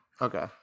Okay